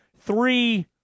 three